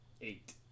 Eight